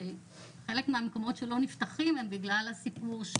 שחלק מהמקומות שלא נפתחים הם בגלל הסיפור של